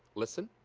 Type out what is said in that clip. listen.